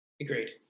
agreed